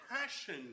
passion